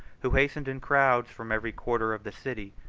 who hastened in crowds, from every quarter of the city,